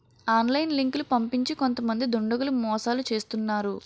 online లింకులు పంపించి కొంతమంది దుండగులు మోసాలు చేస్తున్నారు